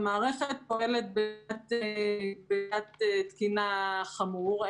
המערכת פועלת בתת תקינה חמור.